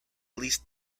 leased